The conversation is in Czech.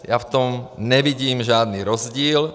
Já v tom nevidím žádný rozdíl.